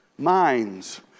minds